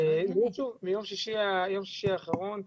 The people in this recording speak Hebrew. מיום שישי האחרון,